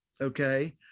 okay